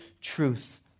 truth